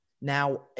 Now